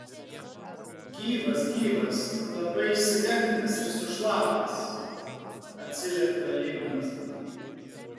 gyvas gyvas tik labai išsigandęs ir sušlapęs atsiliepia ignas